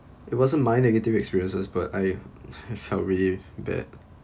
it wasn't my negative experiences but I I felt really bad